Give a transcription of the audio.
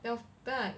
那么大